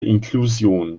inklusion